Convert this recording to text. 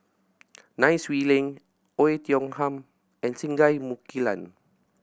Nai Swee Leng Oei Tiong Ham and Singai Mukilan